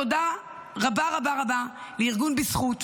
תודה רבה רבה רבה לארגון בזכות,